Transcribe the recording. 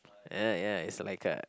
yeah yeah it's like a